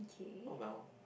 oh well